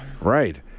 Right